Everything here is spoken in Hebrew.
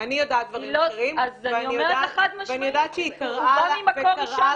אני יודעת דברים אחרים ואני יודעת שהיא קראה למתלוננות